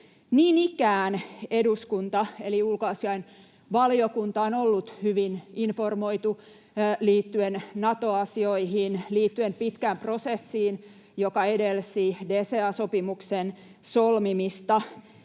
Niin ikään eduskunta eli ulkoasiainvaliokunta on ollut hyvin informoitu liittyen Nato-asioihin, liittyen pitkään prosessiin, joka edelsi DCA-sopimuksen solmimista,